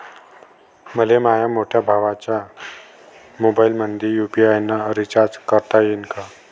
मले माह्या मोठ्या भावाच्या मोबाईलमंदी यू.पी.आय न रिचार्ज करता येईन का?